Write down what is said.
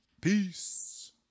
peace